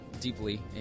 deeply